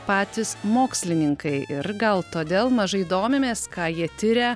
patys mokslininkai ir gal todėl mažai domimės ką jie tiria